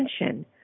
attention